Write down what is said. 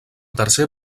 tercer